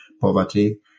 poverty